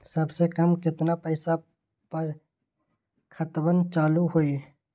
सबसे कम केतना पईसा पर खतवन चालु होई?